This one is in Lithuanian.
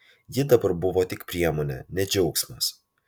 ji dabar buvo tik priemonė ne džiaugsmas